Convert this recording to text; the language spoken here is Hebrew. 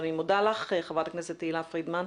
ואני מודה לך חברת הכנסת תהלה פרידמן,